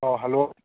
ꯑꯣ ꯍꯜꯂꯣ